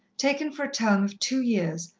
taken for a term of two years,